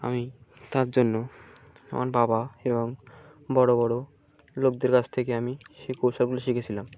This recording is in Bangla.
আমি তার জন্য আমার বাবা এবং বড়ো বড়ো লোকদের কাছ থেকে আমি সেই কৌশলগুলি শিখেছিলাম